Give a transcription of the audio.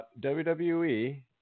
WWE